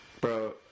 Bro